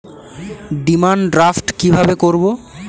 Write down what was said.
Demand draft কীভাবে করব?